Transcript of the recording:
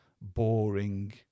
boring